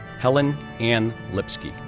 helen ann lipsky,